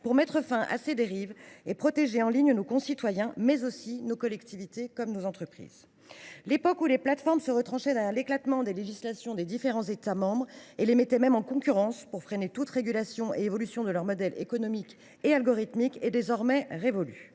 pour mettre fin aux dérives et protéger en ligne nos concitoyens, mais aussi nos collectivités et nos entreprises. L’époque où les plateformes se retranchaient derrière l’éclatement des législations des différents États membres et les mettaient même en concurrence pour freiner toute régulation et évolution de leur modèle économique et algorithmique est désormais révolue.